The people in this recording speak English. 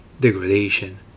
degradation